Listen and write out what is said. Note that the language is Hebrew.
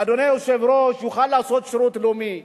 אדוני היושב-ראש, יוכל לעשות שירות לאומי.